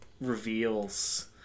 reveals